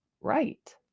right